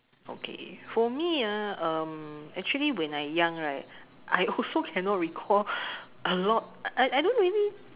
okay for me ah actually when I young right I also cannot recall a lot I I don't really